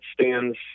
stands